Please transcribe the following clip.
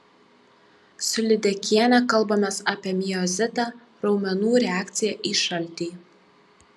su lydekiene kalbamės apie miozitą raumenų reakciją į šaltį